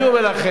אני אומר לכם,